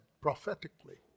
prophetically